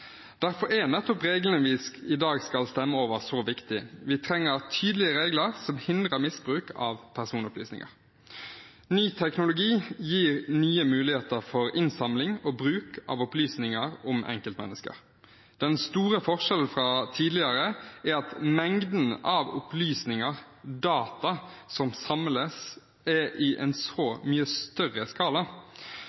Derfor er nettopp reglene vi i dag skal stemme over, så viktige. Vi trenger tydelige regler som hindrer misbruk av personopplysninger. Ny teknologi gir nye muligheter for innsamling og bruk av opplysninger om enkeltmennesker. Den store forskjellen fra tidligere er at mengden av opplysninger – data – som samles, er i en så